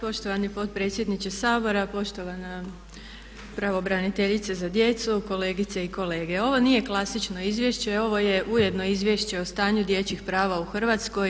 Poštovani potpredsjedniče Sabora, poštovana pravobraniteljice za djecu, kolegice i kolege ovo nije klasično izvješće, ovo je ujedno izvješće o stanju dječjih prava u Hrvatskoj.